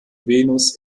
venus